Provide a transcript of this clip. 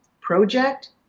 project